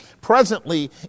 presently